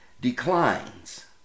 declines